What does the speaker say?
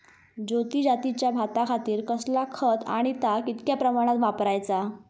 ज्योती जातीच्या भाताखातीर कसला खत आणि ता कितक्या प्रमाणात वापराचा?